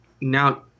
Now